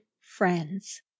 friends